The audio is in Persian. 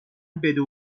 بده